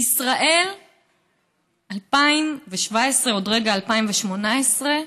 בישראל 2017, עוד רגע 2018,